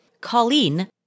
Colleen